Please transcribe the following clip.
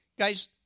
Guys